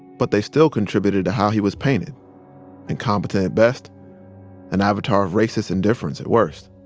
but they still contributed to how he was painted incompetent at best an avatar of racist indifference at worst.